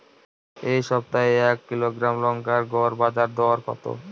এই সপ্তাহে এক কিলোগ্রাম লঙ্কার গড় বাজার দর কত?